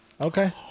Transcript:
Okay